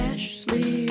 Ashley